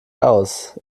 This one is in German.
aus